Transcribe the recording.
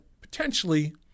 potentially